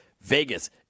Vegas